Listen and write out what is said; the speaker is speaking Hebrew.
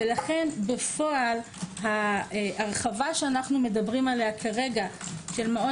לכן בפועל ההרחבה שאנו מדברים עליה כרגע של מעון